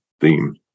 theme